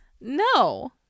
No